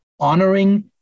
honoring